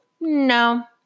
no